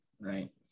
right